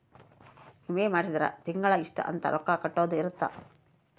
ವಿಮೆ ಮಾಡ್ಸಿದ್ರ ತಿಂಗಳ ಇಷ್ಟ ಅಂತ ರೊಕ್ಕ ಕಟ್ಟೊದ ಇರುತ್ತ